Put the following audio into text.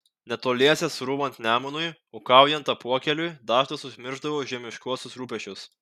netoliese srūvant nemunui ūkaujant apuokėliui dažnas užmiršdavo žemiškuosius rūpesčius